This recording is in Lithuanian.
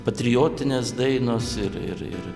patriotinės dainos ir ir ir